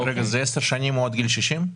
זה 10 שנים או עד גיל 60?